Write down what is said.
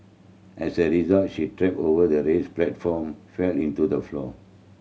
as a result she tripped over the raised platform fell into the floor